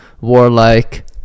warlike